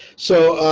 so,